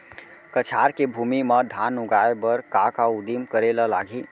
कछार के भूमि मा धान उगाए बर का का उदिम करे ला लागही?